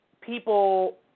people